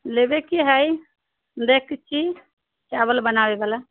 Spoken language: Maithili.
लेबैके हय डेकची चावल बनाबै बला